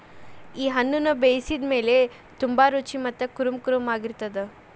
ಈ ಹಣ್ಣುನ ಬೇಯಿಸಿದ ಮೇಲ ತುಂಬಾ ರುಚಿ ಮತ್ತ ಕುರುಂಕುರುಂ ಆಗಿರತ್ತದ